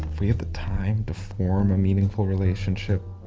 we have the time to form a meaningful relationship,